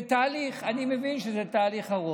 זה תהליך, אני מבין שזה תהליך ארוך.